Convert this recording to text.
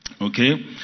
Okay